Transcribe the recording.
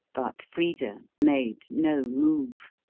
but frida made no move.